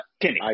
Kenny